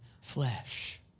flesh